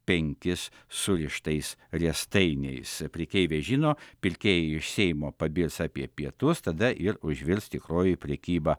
penkis surištais riestainiais prekeiviai žino pirkėjai iš seimo pabirs apie pietus tada ir užvirs tikroji prekyba